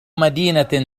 مدينة